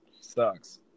Sucks